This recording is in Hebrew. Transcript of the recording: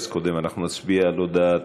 אז קודם נצביע על ההודעה